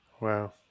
Wow